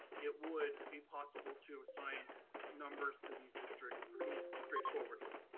it would be possible to assign numbers to these districts pretty straightforwardly